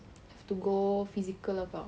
I have to go for physical lah kak